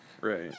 Right